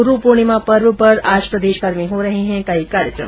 गुरू पूर्णिमा पर्व पर आज प्रदेशभर में हो रहे हैं कई कार्यक्रम